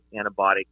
antibiotic